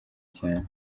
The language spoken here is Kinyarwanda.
cyane